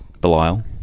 Belial